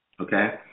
Okay